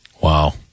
Wow